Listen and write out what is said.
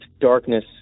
darkness